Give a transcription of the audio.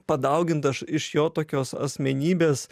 padaugintas iš jo tokios asmenybės